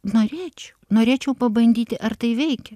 norėčiau norėčiau pabandyti ar tai veikia